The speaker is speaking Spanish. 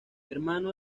hermano